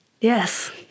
Yes